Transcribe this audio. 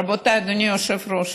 רבותיי, אדוני היושב-ראש,